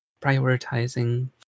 prioritizing